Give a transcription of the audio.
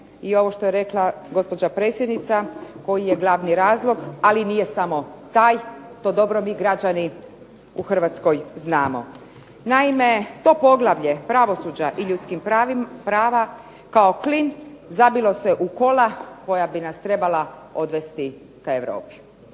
i ovo što je rekla gospođa predsjednica koji je glavni razlog, ali nije samo taj. To dobro vi građani u Hrvatskoj znamo. Naime, to poglavlje pravosuđa i ljudskih prava kao klin zabilo se u kola koja bi nas trebala odvesti ka Europi.